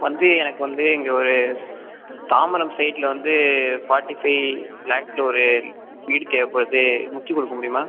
வந்து எனக்கு வந்து இங்கே ஒரு தாம்பரம் சைட்டில் வந்து ஃபார்ட்டி ஃபைவ் லேக்ஸ்சில் ஒரு வீடு தேவைப்படுது முடித்துக் கொடுக்க முடியுமா